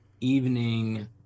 evening